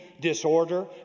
disorder